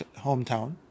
hometown